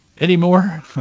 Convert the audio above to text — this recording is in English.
anymore